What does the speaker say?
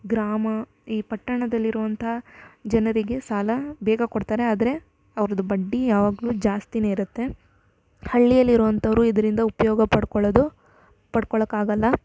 ಗ್ರಾಮ ಈ ಪಟ್ಟಣದಲ್ಲಿರುವಂಥ ಜನರಿಗೆ ಸಾಲ ಬೇಗ ಕೊಡ್ತಾರೆ ಆದರೆ ಅವ್ರದು ಬಡ್ಡಿ ಯಾವಾಗಲೂ ಜಾಸ್ತಿಯೇ ಇರುತ್ತೆ ಹಳ್ಳಿಯಲ್ಲಿ ಇರುವಂಥವರು ಇದರಿಂದ ಉಪಯೋಗ ಪಡ್ಕೊಳ್ಳೋದು ಪಡ್ಕೊಳಕ್ಕೆ ಆಗೋಲ್ಲ